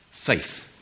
Faith